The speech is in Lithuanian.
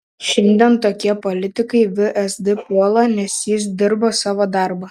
šiandien tokie politikai vsd puola nes jis dirbo savo darbą